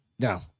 No